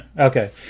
Okay